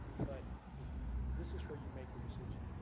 but you know this is where you make your decision.